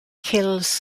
kills